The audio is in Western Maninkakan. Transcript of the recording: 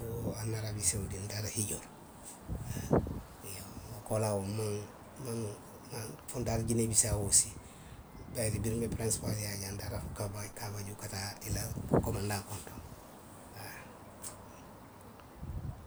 aw araabi sawuditi ntaata hijjoo la, haa. Iyoo, wo koolaa woo nmaŋ, nmaŋ, nmaŋ, fo ntaata ginee bisawo osii. Biriŋ nbe perensipaaliyaa la jaŋ ntaata fo kaabajoo ka taa fo i la komandaŋo kontoŋ, haa